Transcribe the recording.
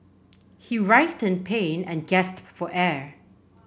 he writhed in pain and gasped for air